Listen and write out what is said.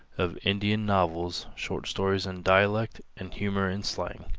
of indiana novels, short stories in dialect and humor in slang.